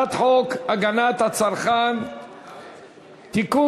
הצעת חוק הגנת הצרכן (תיקון,